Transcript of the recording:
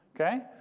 Okay